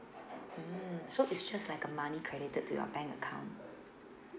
mm so it's just like a money credited to your bank account